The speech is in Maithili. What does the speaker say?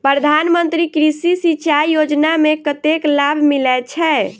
प्रधान मंत्री कृषि सिंचाई योजना मे कतेक लाभ मिलय छै?